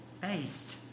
based